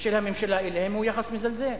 ושל הממשלה אליהם הוא יחס מזלזל.